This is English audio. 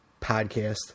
podcast